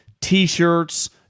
T-shirts